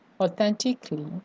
authentically